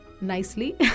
nicely